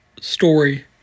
story